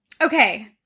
Okay